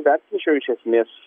vertinčiau iš esmės